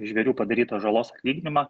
žvėrių padarytos žalos atlyginimą